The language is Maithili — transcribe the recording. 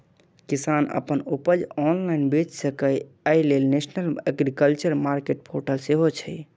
किसान अपन उपज ऑनलाइन बेच सकै, अय लेल नेशनल एग्रीकल्चर मार्केट पोर्टल सेहो छै